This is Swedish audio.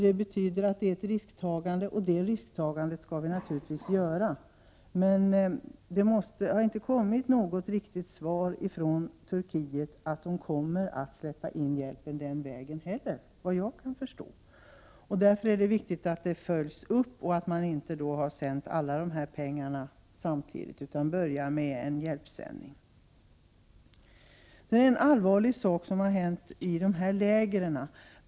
Det betyder att detta utgör ett risktagande, och det risktagandet skall vi naturligtvis göra. Vad jag kan förstå har det inte kommit något riktigt svar från Turkiet att hjälpen kommer att släppas in den vägen. Därför är det viktigt att detta följs upp och att inte alla pengarna sänds samtidigt utan att man börjar med en hjälpsändning. Det är en allvarlig sak som har hänt i dessa läger.